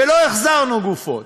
ולא החזרנו גופות.